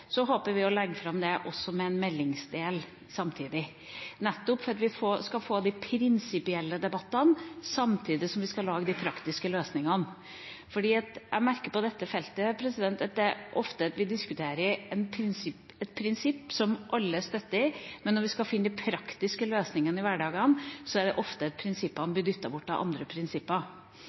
håper vi å legge det fram med også en meldingsdel, nettopp for at vi skal få de prinsipielle debattene samtidig som vi skal lage de praktiske løsningene. Jeg merker at på dette feltet diskuterer vi ofte et prinsipp som alle støtter, men når vi skal finne de praktiske løsningene i hverdagen, blir ofte de prinsippene dyttet bort av andre prinsipper.